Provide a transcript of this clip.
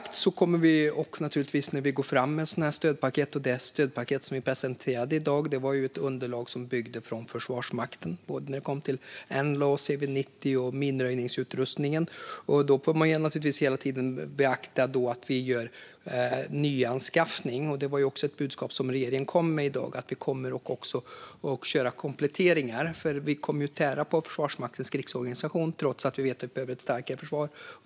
Det stödpaket som vi presenterade i dag byggde på ett underlag från Försvarsmakten när det gäller NLAW, CV90 och minröjningsutrustningen. Då får man hela tiden beakta att vi gör nyanskaffningar. Det var också ett budskap som regeringen kom med i dag: Vi kommer att göra kompletteringar, för vi kommer ju att tära på Försvarsmaktens krigsorganisation trots att vi vet att vi behöver ett starkare försvar.